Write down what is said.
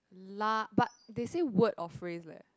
lah but they said word or phrase leh